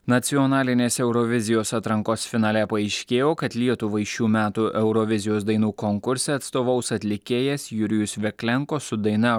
nacionalinės eurovizijos atrankos finale paaiškėjo kad lietuvai šių metų eurovizijos dainų konkurse atstovaus atlikėjas jurijus veklenko su daina